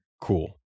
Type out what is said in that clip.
cool